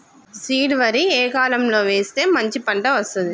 Seed వరి ఏ కాలం లో వేస్తే మంచి పంట వస్తది?